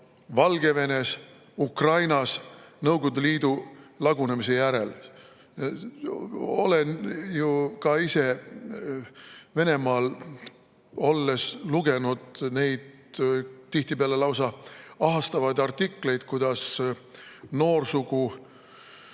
Valgevenes, Ukrainas Nõukogude Liidu lagunemise järel. Olen ka ise Venemaal olles lugenud neid tihtipeale lausa ahastavaid artikleid, kuidas noorsugu